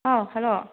how hello